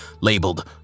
labeled